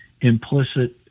implicit